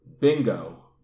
Bingo